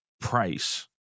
price